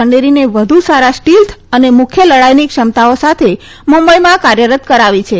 ખંડેરીને વધુ સારા સ્ટીલ્થ અને મુખ્ય લડાઇની ક્ષમતાઓ સાથે મુંબઇમાં કાર્યરત કરાવી છે